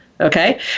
Okay